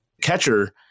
catcher